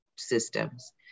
systems